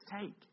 take